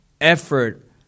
Effort